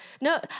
No